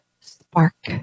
spark